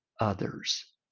others